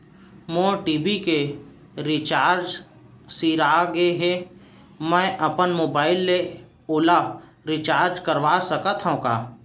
मोर TV के recharge सिरा गे हे, मैं अपन मोबाइल ले ओला रिचार्ज करा सकथव का?